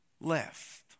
left